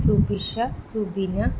Subisha Subeena